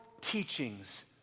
teachings